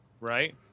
right